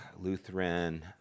Lutheran